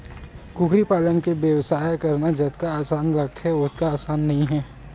कुकरी पालन के बेवसाय करना जतका असान लागथे ओतका असान नइ हे